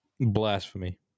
Blasphemy